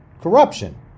corruption